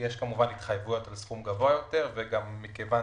יש התחייבויות על סכום גבוה יותר, כמובן, ומכיוון